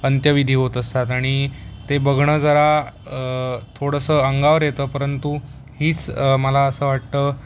अंत्यविधी होत असतात आणि ते बघणं जरा थोडंसं अंगावर येतं परंतु हीच मला असं वाटतं